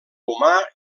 humà